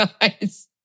Guys